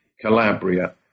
Calabria